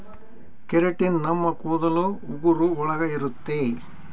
keratin ನಮ್ ಕೂದಲು ಉಗುರು ಒಳಗ ಇರುತ್ತೆ